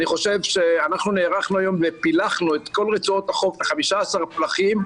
אנחנו נערכנו היום ופילחנו את כל רצועות החוף ל-15 פלחים,